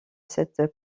cette